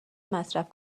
مصرف